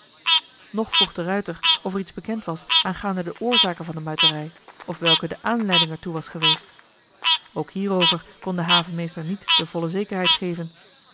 nog vroeg de ruijter of er iets bekend was aangaande de oorzaken van de muiterij of welke de aanleiding er toe was geweest ook hierover kon de havenmeester niet de volle zekerheid geven